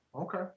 Okay